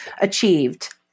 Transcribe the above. achieved